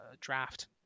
draft